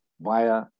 via